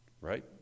Right